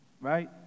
right